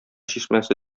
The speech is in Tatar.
чишмәсе